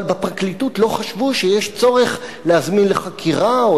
אבל בפרקליטות לא חשבו שיש צורך להזמין לחקירה או